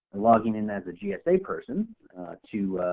logging in as a gsa person to